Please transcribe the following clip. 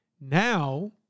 Now